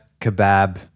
kebab